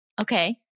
Okay